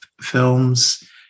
Films